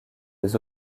des